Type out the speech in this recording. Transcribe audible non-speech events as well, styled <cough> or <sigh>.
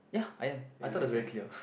ya I am I thought that's very clear <laughs>